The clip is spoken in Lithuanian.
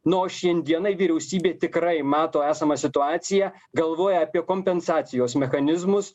nu o šiandienai vyriausybė tikrai mato esamą situaciją galvoja apie kompensacijos mechanizmus